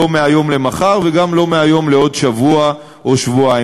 לא מהיום למחר וגם לא מהיום לעוד שבוע או שבועיים.